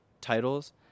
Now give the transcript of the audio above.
titles